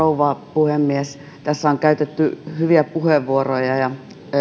puhemies tässä on käytetty hyviä puheenvuoroja ja